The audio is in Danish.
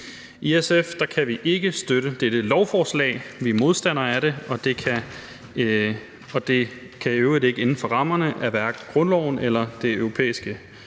I SF kan vi ikke støtte dette beslutningsforslag. Vi er modstandere af det, og det er i øvrigt ikke inden for rammerne af grundloven eller Den Europæiske